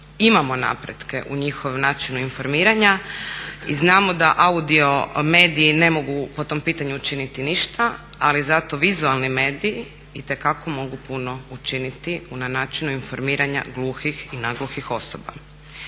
imamo napretke u njihovom načinu informiranja i znamo da audio mediji ne mogu po tom pitanju učiniti ništa, ali zato vizualni mediji itekako mogu puno učiniti na načinu informiranja gluhih i nagluhih osoba.